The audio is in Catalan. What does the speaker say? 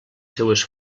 seues